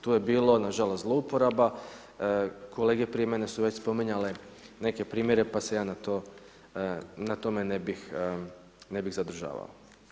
Tu je bilo nažalost zlouporaba, kolege prije mene su već spominjale neke primjere pa se ja na tome ne bih zadržavao.